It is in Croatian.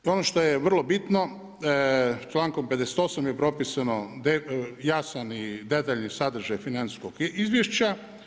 I ono što je vrlo bitno, člankom 58. je propisano jasan i detaljni sadržaj financijskog izvješća.